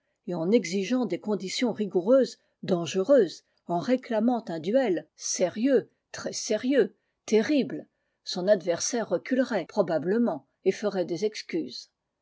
et en exio eant des conditions rijioureuses dangereuses en réclamant un duel sérieux très sérieux terrible son adversaire reculerait probablement et ferait des excuses